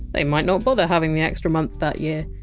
they might not bother having the extra month that year.